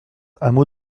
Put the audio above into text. hameau